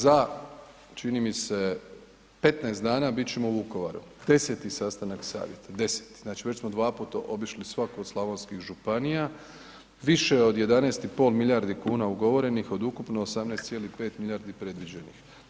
Za čini mi se 15 dana bit ćemo u Vukovaru, 10. sastanak savjeta, 10., znači već smo dva puta obišli svaku od slavonskih županija, više od 11,5 milijardi kuna ugovorenih od ukupno 18,5 milijardi predviđenih.